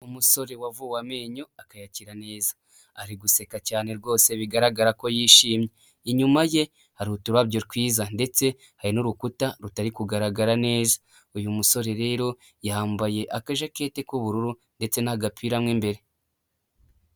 Umusore wavuwe amenyo akayakira neza. Ari guseka cyane rwose bigaragara ko yishimye. Inyuma ye hari uturabyo twiza ndetse hari n'urukuta rutari kugaragara neza. Uyu musore rero yambaye akajaketi k'ubururu ndetse n'agapira mo imbere.